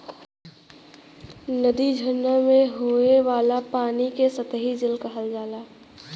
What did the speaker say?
नदी, झरना में होये वाला पानी के सतही जल कहल जाला